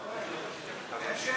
אין שם?